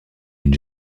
une